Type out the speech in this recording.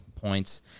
points